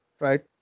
right